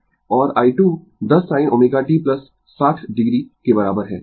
और i2 10 sin ω t 60 o के बराबर है